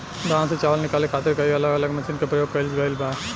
धान से चावल निकाले खातिर कई अलग अलग मशीन के प्रयोग कईल गईल बा